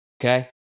Okay